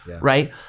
right